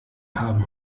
haben